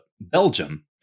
Belgium